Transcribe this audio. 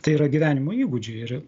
tai yra gyvenimo įgūdžiai ir